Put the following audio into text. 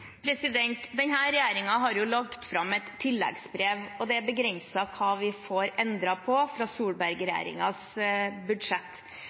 har lagt fram en tilleggsproposisjon, og det er begrenset hva vi får endret på i Solberg-regjeringens budsjett.